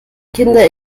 kinder